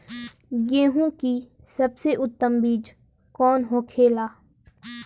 गेहूँ की सबसे उत्तम बीज कौन होखेला?